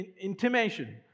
intimation